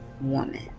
woman